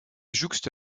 jouxte